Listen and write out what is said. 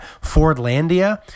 Fordlandia